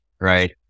right